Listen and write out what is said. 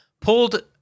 pulled